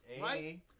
Right